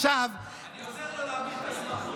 אני עוזר לו להעביר את הזמן.